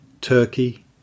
Turkey